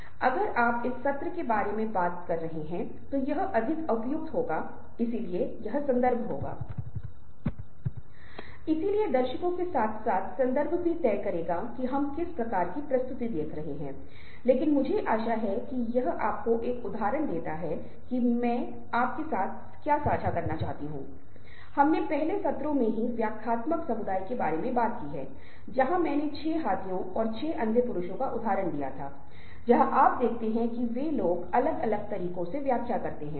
इसलिए जब हम नई तकनीकों के बारे में बात करते हैं तो हम उनके बारे में संक्षेप में बात करेंगे और पढ़ना एक ऐसी चीज है जिसे पर हम यहाँ पर प्रकाश नहीं डाल सकते हैं क्योंकि यह मुख्य फोकस नहीं है लेकिन जब यह बोलने और सुनने की बात आती है तो यह बहुत महत्वपूर्ण होंगे जैसा कि हम अगले कुछ व्याख्यानों में पड़ेंगे साथ ही जब हम अनुनय के बारे में बात करते हैं जब हम लेनदेन के बारे में बात करते हैं तब हम इसके संघर्षों के बारे में बात करते हैं